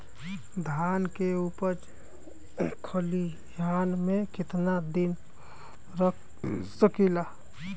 धान के उपज खलिहान मे कितना दिन रख सकि ला?